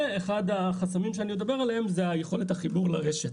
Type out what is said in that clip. ואחד החסמים שאני מדבר עליהם זה יכולת החיבור לרשת.